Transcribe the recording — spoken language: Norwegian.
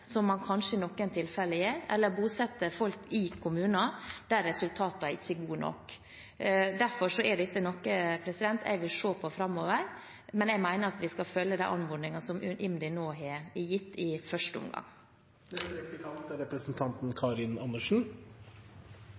som man kanskje i noen tilfeller gjør – eller bosette folk i kommuner der resultatene ikke er gode nok. Derfor er dette noe jeg vil se på framover, men jeg mener vi i første omgang skal følge de anmodningene som IMDi har gitt.